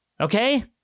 Okay